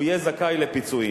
הוא יהיה זכאי לפיצויים.